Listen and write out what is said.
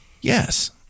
Yes